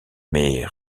mais